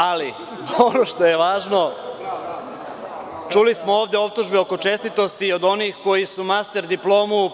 Ali, ono što je važno, čuli smo ovde optužbe oko čestitosti od onih koji su master diplomu